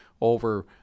over